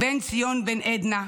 בן ציון בן עדנה,